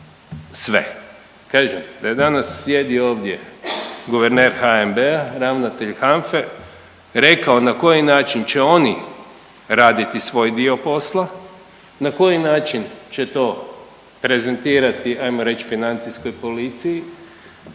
sve. Kažem da je danas sjedio ovdje guverner HNB-a, ravnatelj HANF-e rekao na koji način će oni raditi svoj dio posla, na koji način će to prezentirati hajmo reći Financijskoj policiji